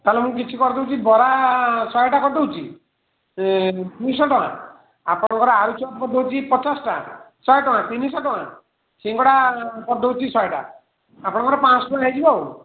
ତାହେଲେ ମୁଁ କିଛି କରିଦେଉଛି ବରା ଶହେଟା କରିଦେଉଛି ସେ ଦୁଇଶହ ଟଙ୍କା ଆପଣଙ୍କର ଆଳୁଚପ୍ କରି ଦେଉଛି ପଚାଶ୍ଟା ଶହେ ଟଙ୍କା ତିନିଶହ ଟଙ୍କା ସିଙ୍ଗଡ଼ା କରିଦେଉଛି ଶହେଟା ଆପଣଙ୍କର ପାଞ୍ଚଶହ ଟଙ୍କା ହେଇଯିବ ଆଉ